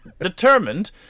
determined